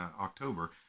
October